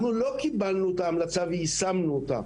לא קיבלנו את ההמלצה ויישמנו אותה,